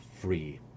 free